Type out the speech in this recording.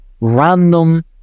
random